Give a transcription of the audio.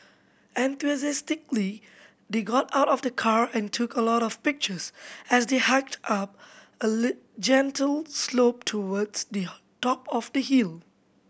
enthusiastically they got out of the car and took a lot of pictures as they hiked up a gentle slope towards the top of the hill